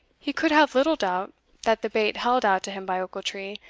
he could have little doubt that the bait held out to him by ochiltree,